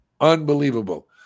Unbelievable